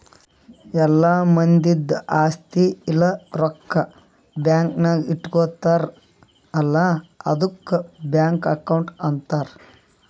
ಎಲ್ಲಾ ಮಂದಿದ್ ಆಸ್ತಿ ಇಲ್ಲ ರೊಕ್ಕಾ ಬ್ಯಾಂಕ್ ನಾಗ್ ಇಟ್ಗೋತಾರ್ ಅಲ್ಲಾ ಆದುಕ್ ಬ್ಯಾಂಕ್ ಅಕೌಂಟ್ ಅಂತಾರ್